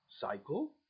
cycle